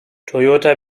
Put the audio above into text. toyota